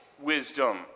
wisdom